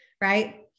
Right